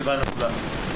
הישיבה נעולה.